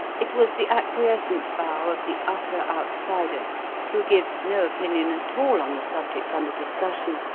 it was the acquiescent bow of the utter outsider who gives no opinion at all on the subject under discussion,